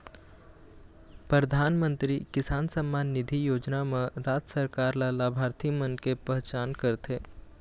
परधानमंतरी किसान सम्मान निधि योजना म राज सरकार ल लाभार्थी मन के पहचान करथे